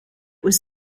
was